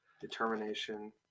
determination